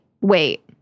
Wait